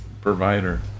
provider